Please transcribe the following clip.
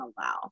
allow